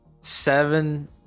seven